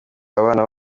abana